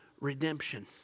redemption